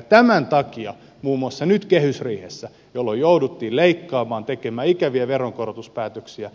tämän takia muun muassa nyt kehysriihessä jolloin jouduttiin leikkaamaan tekemään ikäviä veronkorotuspäätöksiä